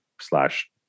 slash